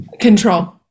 control